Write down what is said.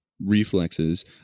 reflexes